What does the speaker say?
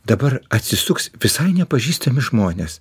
dabar atsisuks visai nepažįstami žmonės